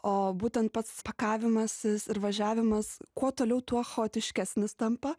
o būtent pats pakavimasis ir važiavimas kuo toliau tuo chaotiškesnis tampa